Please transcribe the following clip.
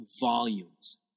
volumes